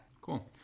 cool